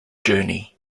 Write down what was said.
journey